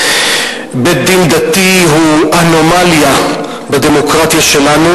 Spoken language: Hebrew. בית-דין דתי הוא אנומליה בדמוקרטיה שלנו,